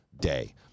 day